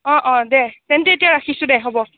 অঁ অঁ দে তেন্তে এতিয়া ৰাখিছোঁ দে হ'ব